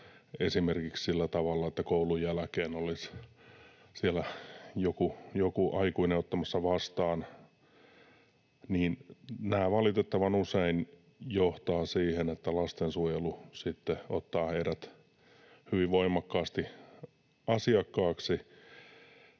esimerkiksi sillä tavalla, että koulun jälkeen olisi siellä joku aikuinen ottamassa vastaan, niin nämä valitettavan usein johtavat siihen, että lastensuojelu sitten ottaa heidät hyvin voimakkaasti asiakkaaksi.